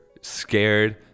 scared